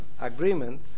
agreement